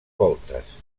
voltes